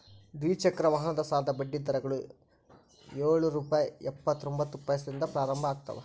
ದ್ವಿಚಕ್ರ ವಾಹನದ ಸಾಲದ ಬಡ್ಡಿ ದರಗಳು ಯೊಳ್ ರುಪೆ ಇಪ್ಪತ್ತರೊಬಂತ್ತ ಪೈಸೆದಿಂದ ಪ್ರಾರಂಭ ಆಗ್ತಾವ